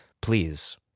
Please